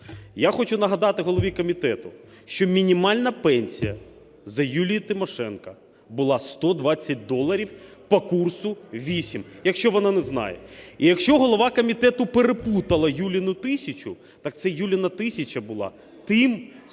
Я хочу нагадати голові комітету, що мінімальна пенсія за Юлії Тимошенко була 120 доларів по курсу 8, якщо вона не знає. І якщо голова комітету переплутала Юлину тисячу, так це Юлина тисяча була тим, хто